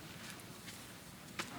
זה